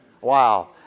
Wow